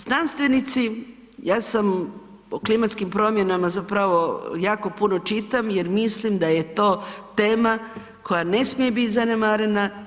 Znanstvenici, ja sam o klimatskim promjenama zapravo jako puno čitam jer mislim da je to tema koja ne smije biti zanemarena.